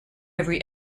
every